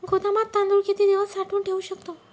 गोदामात तांदूळ किती दिवस साठवून ठेवू शकतो?